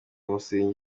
umusingi